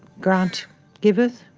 grant givers